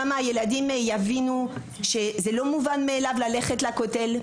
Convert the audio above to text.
שם הילדים יבינו שזה לא מובן מאליו בכלל ללכת לכותל.